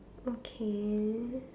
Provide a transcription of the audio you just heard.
okay